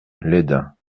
lesdins